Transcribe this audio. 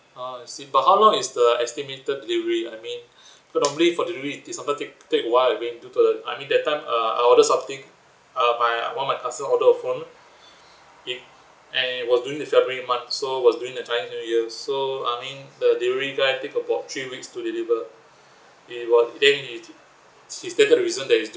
ah I see but how long is the estimated delivery I mean because normally for delivery it sometimes take take a while I mean due to the I mean that time uh I ordered something uh my one of my customer order a phone it and it was during the february month so was during the chinese new year so I mean the delivery guy take about three weeks to deliver it was then he he stated reason that it's